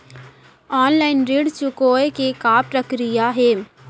Online ऋण चुकोय के का प्रक्रिया हे?